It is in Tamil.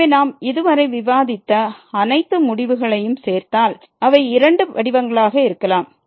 எனவே நாம் இதுவரை விவாதித்த அனைத்து முடிவுகளையும் சேர்த்தால் அவை இரண்டு வடிவங்களாக இருக்கலாம்